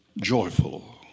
joyful